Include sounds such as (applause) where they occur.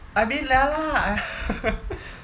I mean ya lah I (laughs)